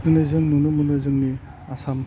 दिनै जों नुनो मोनो जोंनि आसाम